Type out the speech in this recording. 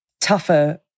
tougher